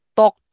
talk